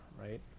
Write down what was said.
right